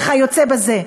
וכיוצא בזה.